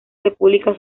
república